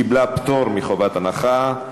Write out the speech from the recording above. קיבלה פטור מחובת הנחה.